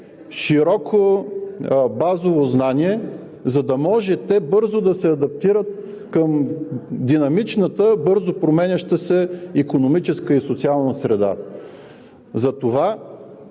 широко базово знание, за да може те бързо да се адаптират към динамичната, бързо променяща се икономическа и социална среда. Затова,